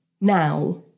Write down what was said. now